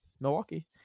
Milwaukee